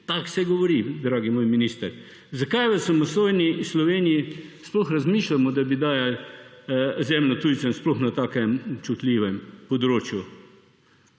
Tako se govori, dragi moj minister. Zakaj v samostojni Sloveniji sploh razmišljamo, da bi dajali zemljo tujcem, sploh na takem občutljivem območju?